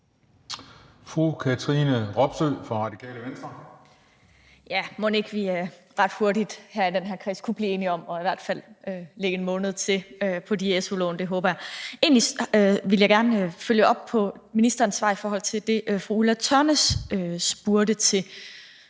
Katrine Robsøe (RV): Mon ikke vi ret hurtigt her i den her kreds kunne blive enige om at lægge i hvert fald 1 måned til på de su-lån; det håber jeg. Egentlig ville jeg gerne følge op på ministerens svar i forhold til det, fru Ulla Tørnæs spurgte til.